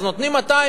אז נותנים 200,000,